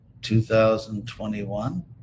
2021